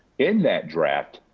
in that draft.